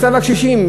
מצב הקשישים.